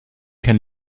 can